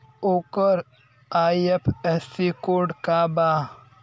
ओकर IFSC code का बा?